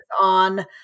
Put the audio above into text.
on